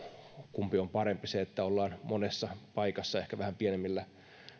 kumpi on parempi se että ollaan monessa paikassa ehkä vähän pienemmillä